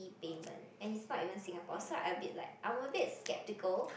E payment and it's not even Singapore so I a bit like I'm a bit skeptical